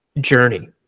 journey